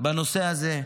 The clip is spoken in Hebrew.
בנושא הזה.